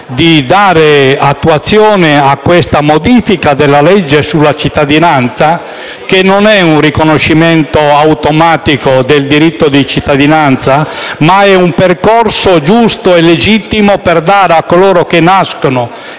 di dare attuazione alla modifica della legge sulla cittadinanza, che non è un riconoscimento automatico del diritto di cittadinanza, ma è un percorso giusto e legittimo per dare a coloro che nascono